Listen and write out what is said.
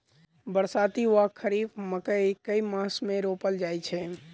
बरसाती वा खरीफ मकई केँ मास मे रोपल जाय छैय?